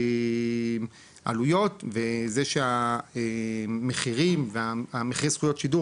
עלויות וזה שהמחירים והמחיר זכויות שידור